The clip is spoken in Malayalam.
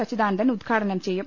അച്യുതാനന്ദൻ ഉദ്ഘാടനം ചെയ്യും